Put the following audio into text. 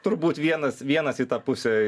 turbūt vienas vienas į tą pusę ir